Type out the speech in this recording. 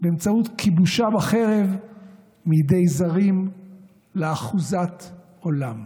באמצעות כיבושה בחרב מידי זרים לאחוזת עולם.